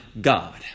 God